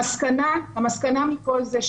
המסקנה מכל זה,